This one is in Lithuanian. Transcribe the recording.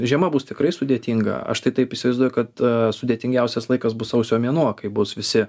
žiema bus tikrai sudėtinga aš tai taip įsivaizduoju kad sudėtingiausias laikas bus sausio mėnuo kai bus visi